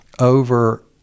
over